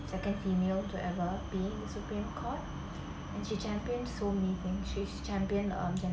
second female to ever be supreme court and she championed so many thing she's championed